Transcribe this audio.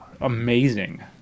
amazing